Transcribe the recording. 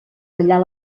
ballar